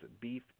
Beef